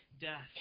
death